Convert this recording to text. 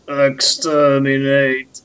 Exterminate